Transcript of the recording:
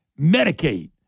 Medicaid